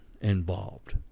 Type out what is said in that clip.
involved